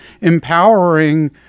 empowering